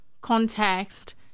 context